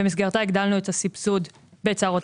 במסגרתה הגדלנו את הסבסוד בצהרוני